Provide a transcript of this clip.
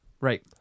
Right